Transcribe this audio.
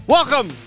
Welcome